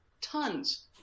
tons